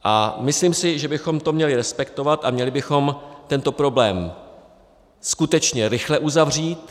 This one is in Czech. A myslím si, že bychom to měli respektovat a měli bychom tento problém skutečně rychle uzavřít.